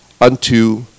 unto